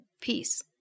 peace